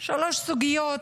שלוש סוגיות